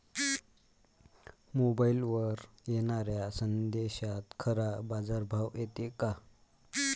मोबाईलवर येनाऱ्या संदेशात खरा बाजारभाव येते का?